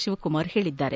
ಶಿವಕುಮಾರ್ ಹೇಳಿದ್ದಾರೆ